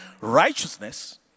righteousness